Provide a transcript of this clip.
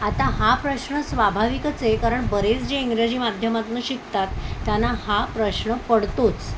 आता हा प्रश्न स्वाभाविकच आहे कारण बरेच जे इंग्रजी माध्यमातनं शिकतात त्यांना हा प्रश्न पडतोच